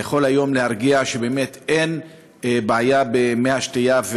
אתה יכול היום להרגיע שבאמת אין בעיה במי השתייה,